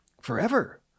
forever